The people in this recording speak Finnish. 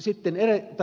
kuten ed